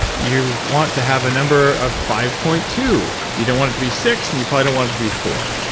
you want to have a number of five point two. you don't want it to be six and you probably don't want it to be four.